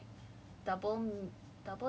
oh but he's really really smart he has like